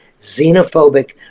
xenophobic